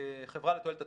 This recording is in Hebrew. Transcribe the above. חברה לתועלת הציבור,